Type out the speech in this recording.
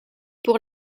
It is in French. pour